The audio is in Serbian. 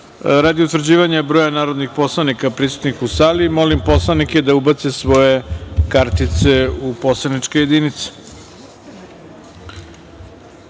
utvrđivanja broja narodnih poslanika prisutnih u sali, molim poslanike da ubace svoje kartice u poslaničke jedinice.